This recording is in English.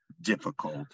difficult